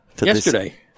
Yesterday